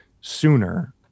sooner